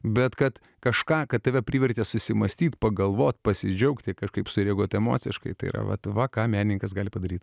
bet kad kažką kad tave privertė susimąstyti pagalvoti pasidžiaugti kažkaip sureaguoti emociškai tai yra vat va ką menininkas gali padaryti